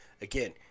again